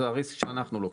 זה הריסק שאנחנו לוקחים.